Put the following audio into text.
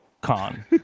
Con